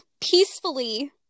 peacefully